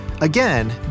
Again